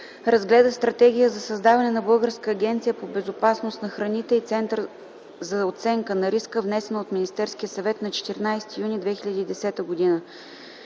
обсъди Стратегията за създаване на Българска агенция по безопасност на храните и Център за оценка на риска, № 002-03-9, внесена от Министерския съвет на 14 юни 2010 г.